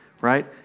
right